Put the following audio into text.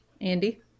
Andy